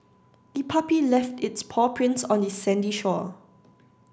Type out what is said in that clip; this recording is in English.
the puppy left its paw prints on the sandy shore